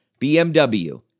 BMW